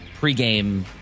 pregame